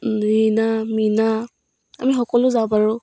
ৰীনা মীনা আমি সকলো যাব আৰু